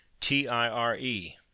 T-I-R-E